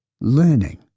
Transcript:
Learning